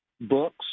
books